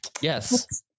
Yes